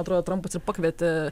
atrodo trampas ir pakvietė